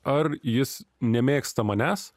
ar jis nemėgsta manęs